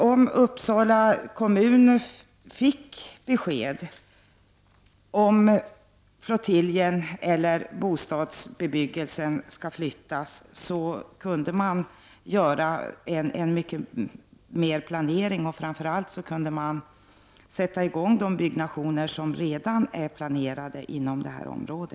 Om Uppsala kommun fick besked om det är flottiljen eller bostadsbebyggelsen som skall flyttas, kunde kommunen göra en bättre planering och framför allt sätta i gång det byggande som redan är planerat inom detta område.